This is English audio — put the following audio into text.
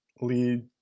lead